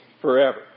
forever